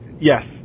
Yes